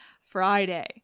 Friday